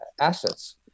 assets